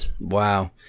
Wow